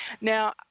Now